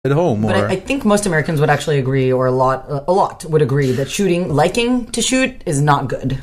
אבל אני חושבת שכל האמריקאים יכולים להגיד, או הרבה יכולים להגיד, שלירות, אאו לאהוב לירות אינו מצב טוב.